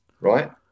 right